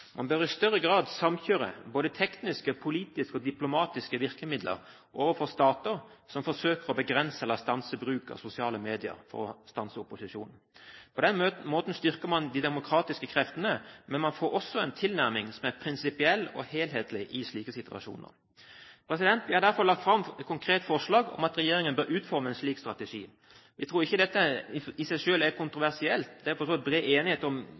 Man bør i større grad samkjøre både tekniske, politiske og diplomatiske virkemidler overfor stater som forsøker å begrense eller stanse bruk av sosiale medier, for å stanse opposisjonen. På den måten styrker man de demokratiske kreftene, men man får også i slike situasjoner en tilnærming som er prinsipiell og helhetlig. Vi har derfor lagt fram et konkret forslag om at regjeringen bør utforme en slik strategi. Vi tror ikke dette i seg selv er kontroversielt – det er for så vidt bred enighet om